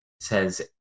says